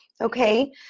okay